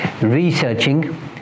researching